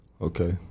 Okay